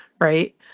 right